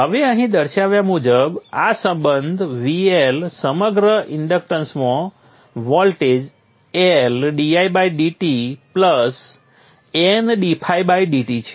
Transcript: હવે અહીં દર્શાવ્યા મુજબ આ સંબંધ VL સમગ્ર ઇન્ડક્ટન્સમાં વોલ્ટેજ L didtN ddt છે